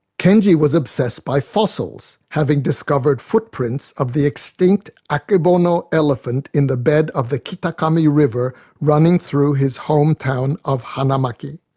kenji was obsessed by fossils, having discovered footprints of the extinct akebono elephant elephant in the bed of the kitakami river running through his hometown of hanamaki.